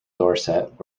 dorset